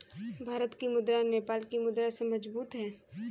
भारत की मुद्रा नेपाल की मुद्रा से मजबूत है